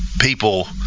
people